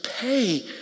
pay